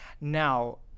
Now